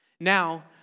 Now